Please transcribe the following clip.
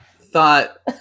thought